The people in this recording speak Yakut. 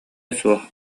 суох